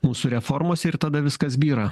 mūsų reformos ir tada viskas byra